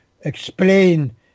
explain